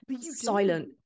silent